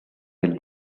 hill